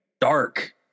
dark